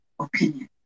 opinion